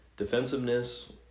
Defensiveness